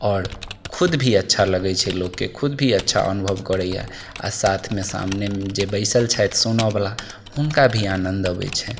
आओर खुद भी अच्छा लगैत छै लोककेँ खुद भी अच्छा अनुभव करैया आ साथमे सामने जे बैसल छथि सुनऽबाला हुनका भी आनन्द अबैत छनि